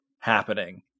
happening